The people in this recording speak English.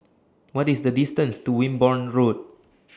What IS The distance to Wimborne Road